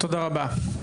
תודה רבה.